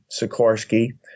Sikorsky